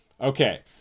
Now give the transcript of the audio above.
okay